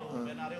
בן-ארי.